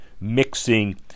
mixing